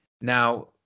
Now